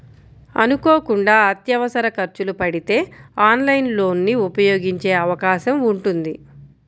అనుకోకుండా అత్యవసర ఖర్చులు పడితే ఆన్లైన్ లోన్ ని ఉపయోగించే అవకాశం ఉంటుంది